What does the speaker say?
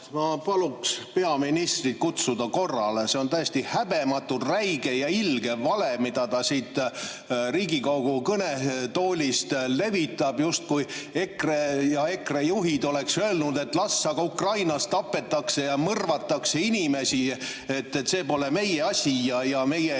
Ma paluks peaministrit korrale kutsuda. See on täiesti häbematu, räige ja ilge vale, mida ta siit Riigikogu kõnetoolist levitab. EKRE ja EKRE juhid oleksid justkui öelnud, et las aga Ukrainas tapetakse ja mõrvatakse inimesi, et see pole meie asi, meie